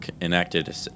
enacted